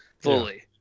fully